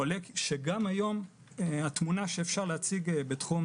עולה שגם היום התמונה שאפשר להציג בתחום